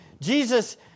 Jesus